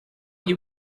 you